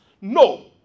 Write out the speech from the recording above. no